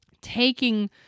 Taking